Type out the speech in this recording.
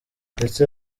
ndetse